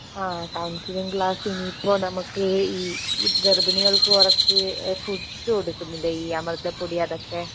ആ counselling class ഇനി ഇപ്പോൾ നമുക്ക് ഈ ഗർഭിണികൾക്ക് കുറച്ച് ഫുഡ്സ് കൊടുക്കുന്നുണ്ട് ഈ അമൃതം പൊടി അതൊക്കെ